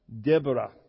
Deborah